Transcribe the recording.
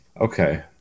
Okay